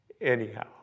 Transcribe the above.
anyhow